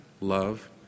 love